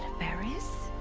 berries!